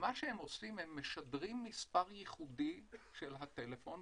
ומה שהם עושים הוא שהם משדרים מספר ייחודי של הטלפון.